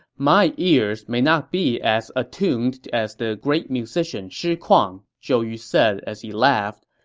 my ears may not be as attuned as the great musician shi kuang, zhou yu said as he laughed,